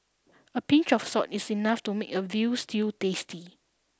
a pinch of salt is enough to make a veal stew tasty